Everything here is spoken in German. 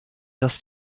dass